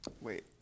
Wait